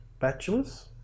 bachelor's